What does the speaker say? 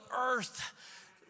earth